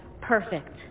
perfect